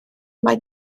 mai